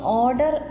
order